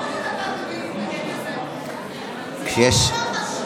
זה דבר כל כך חשוב.